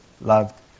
loved